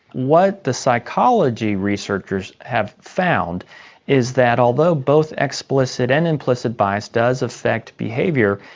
what the psychology researchers have found is that although both explicit and implicit bias does affect behaviour,